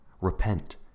Repent